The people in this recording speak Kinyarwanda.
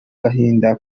gahinda